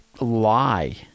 lie